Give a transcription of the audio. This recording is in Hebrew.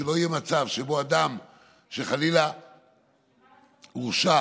שלא יהיה מצב שבו אדם שחלילה הורשע